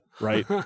right